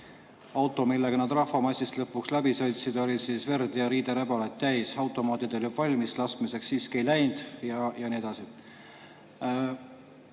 Auto, millega nad rahvamassist lõpuks läbi sõitsid, oli verd ja riideräbalaid täis. Automaadid oli tõrjeks valmis, laskmiseks siiski ei läinud. Ja nii edasi.